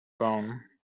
phone